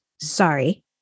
Sorry